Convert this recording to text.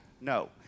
No